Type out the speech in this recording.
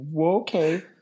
okay